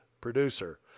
producer